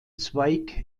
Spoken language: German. zweig